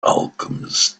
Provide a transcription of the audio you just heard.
alchemist